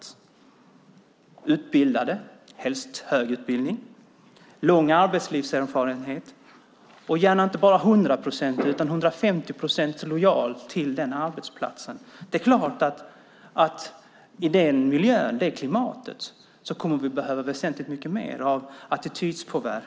De skulle vara utbildade, helst med hög utbildning, ha lång arbetslivserfarenhet och gärna vara inte bara 100-procentigt utan 150 procent lojala mot arbetsplatsen. Det är klart att i den miljön, i det klimatet kommer vi att behöva väsentligt mycket mer av attitydpåverkan.